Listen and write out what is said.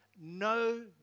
no